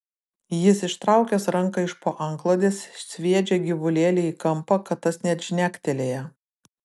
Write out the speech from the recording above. jis ištraukęs ranką iš po antklodės sviedžia gyvulėlį į kampą kad tas net žnektelėja